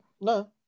no